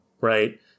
right